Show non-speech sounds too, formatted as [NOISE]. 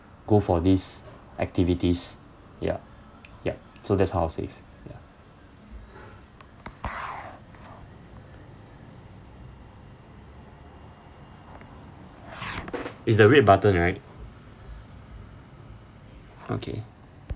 go for these activities ya ya so that's how I'll save ya [NOISE] is the red button right okay